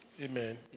Amen